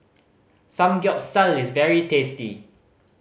samgyeopsal is very tasty